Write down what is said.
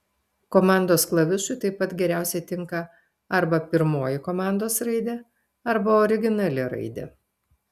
komandos klavišui taip pat geriausiai tinka arba pirmoji komandos raidė arba originali raidė